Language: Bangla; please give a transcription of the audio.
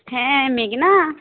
হ্যাঁ মেঘনা